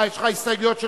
אה, יש לך הסתייגויות שלך.